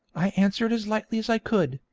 i answered as lightly as i could,